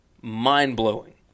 mind-blowing